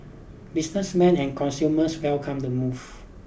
businesses man and consumers welcomed the move